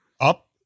up